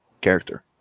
character